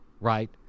Right